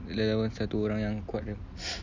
dia lawan satu orang yang kuat